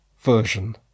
version